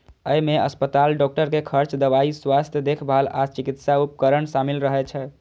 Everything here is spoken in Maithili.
अय मे अस्पताल, डॉक्टर के खर्च, दवाइ, स्वास्थ्य देखभाल आ चिकित्सा उपकरण शामिल रहै छै